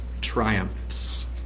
Triumphs